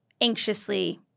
anxiously